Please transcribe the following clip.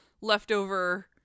leftover